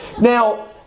Now